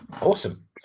Awesome